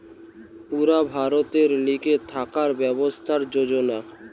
পুরা ভারতের লিগে থাকার ব্যবস্থার যোজনা